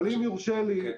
אבל אם יורשה שלי,